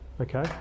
Okay